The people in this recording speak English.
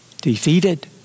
defeated